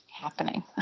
happening